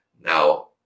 Now